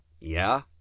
Yeah